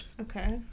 Okay